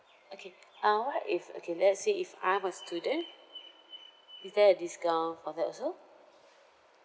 okay uh what if okay let's say if I'm a student is there discount for that also